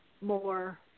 more